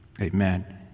Amen